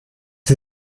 sie